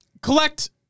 Collect